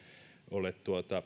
ole